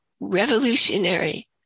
revolutionary